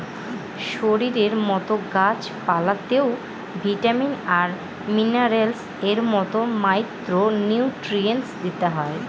শরীরের মতো গাছ পালতেও ভিটামিন আর মিনারেলস এর মতো মাইক্র নিউট্রিয়েন্টস দিতে হয়